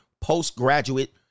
postgraduate